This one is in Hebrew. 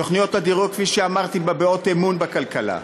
סוכנויות הדירוג, כפי שאמרתי, מביעות אמון בכלכלה.